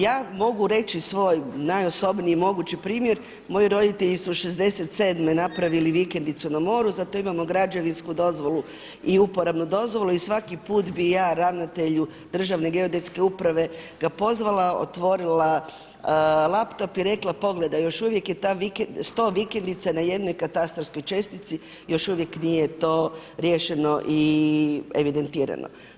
Ja mogu reći svoj najosobniji mogući primjer, moji roditelji su '67. napravili vikendicu na moru, za to imamo građevinsku dozvolu i uporabnu dozvolu i svaki put bi ja ravnatelju Državne geodetske uprave ga pozvala, otvorila laptop i rekla pogledaj, još uvijek je 100 vikendica na jednoj katastarskoj čestici, još uvijek to nije riješeno i evidentirano.